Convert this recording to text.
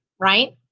right